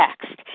text